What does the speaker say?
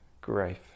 grief